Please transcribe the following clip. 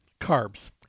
carbs